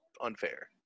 unfair